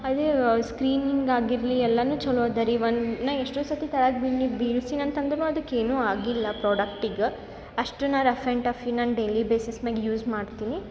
ಅದೇ ಸ್ಕ್ರೀನಿಂಗ್ ಆಗಿರಲಿ ಎಲ್ಲನು ಚಲೋ ಅದ ರೀ ವನ್ ನಾ ಎಷ್ಟೋ ಸತಿ ಕೆಳಗ್ ಬೀಳ್ಸಿನಿ ಅಂತಂದರು ಅದ್ಕೆ ಏನು ಆಗಿಲ್ಲ ಪ್ರಾಡಕ್ಟ್ಗೆ ಅಷ್ಟು ನಾ ರಫ್ ಆ್ಯಂಡ್ ಟಫ್ ನಾ ಡೇಲಿ ಬೇಸಿಸ್ ಮ್ಯಾಗೆ ಯೂಸ್ ಮಾಡ್ತೀನಿ